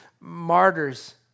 martyrs